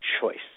choice